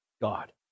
God